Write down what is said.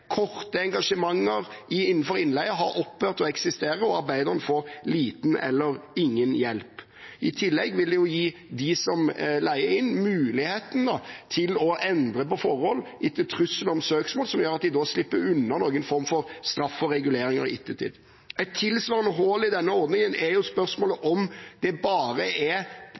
korte engasjementer innenfor innleie ha opphørt å eksistere, og arbeideren får lite eller ingen hjelp. I tillegg vil det jo gi dem som leier inn, mulighet til å endre på forhold etter trussel om søksmål, noe som gjør at de slipper unna noen form for straff og reguleringer i ettertid. Et tilsvarende hull i denne ordningen er spørsmålet om det bare er